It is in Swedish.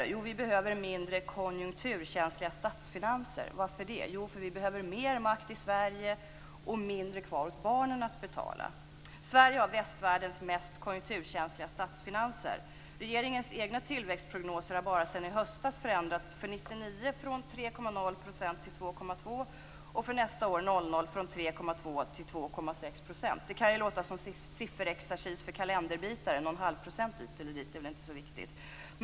Jo, för att vi behöver mindre konjunkturkänsliga statsfinanser. Varför det? Jo, för att vi behöver mer makt i Sverige och mindre kvar åt barnen att betala. Sverige har västvärldens mest konjunkturkänsliga statsfinanser. Regeringens egna tillväxtprognoser har bara sedan i höstas förändrats för 1999 från 3,0 % till Det kan låta som sifferexercis för kalenderbitare; någon halv procent hit eller dit är väl inte så viktigt.